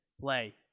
play